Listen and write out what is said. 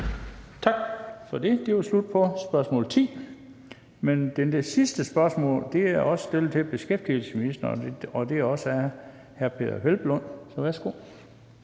Tak. Det var slut på spørgsmål 10. Det sidste spørgsmål er også til beskæftigelsesministeren, og det er også stillet af hr.